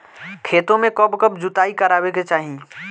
खेतो में कब कब जुताई करावे के चाहि?